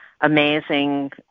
amazing